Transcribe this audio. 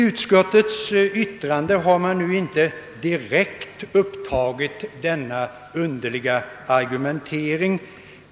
Utskottet har i sitt yttrande inte direkt upptagit denna underliga argumentering.